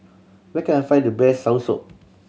where can I find the best soursop